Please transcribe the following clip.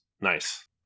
Nice